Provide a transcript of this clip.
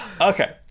Okay